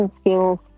skills